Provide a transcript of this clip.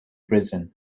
prison